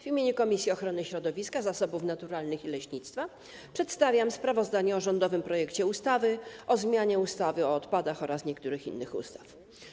W imieniu Komisji Ochrony Środowiska, Zasobów Naturalnych i Leśnictwa przedstawiam sprawozdanie o rządowym projekcie ustawy o zmianie ustawy o odpadach oraz niektórych innych ustaw.